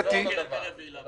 10 מיליון שקלים.